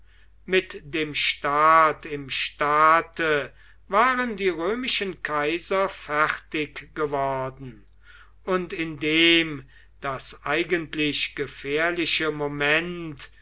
mit dem staat im staate waren die römischen kaiser fertiggeworden und indem das eigentlich gefährliche moment